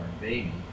baby